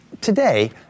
Today